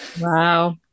Wow